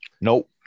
Nope